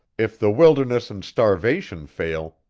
if the wilderness and starvation fail,